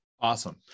Awesome